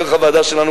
דרך הוועדה שלנו,